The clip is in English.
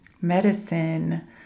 medicine